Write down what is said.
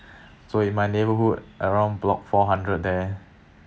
so in my neighbourhood around block four hundred there